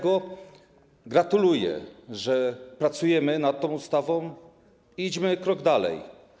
Gratuluję, że pracujemy nad tą ustawą, i idźmy krok dalej.